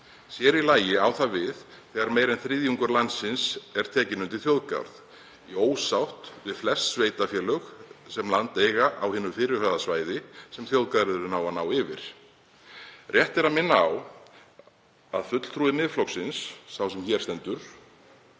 Sér í lagi á það við þegar meira en þriðjungur landsins er tekinn undir þjóðgarð í ósátt við flest sveitarfélög sem land eiga á hinu fyrirhugaða svæði sem þjóðgarðurinn á að ná yfir. Rétt er að minna á að fulltrúi Miðflokksins, sá sem hér stendur,